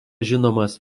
žinomas